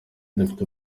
dufite